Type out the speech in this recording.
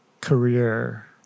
career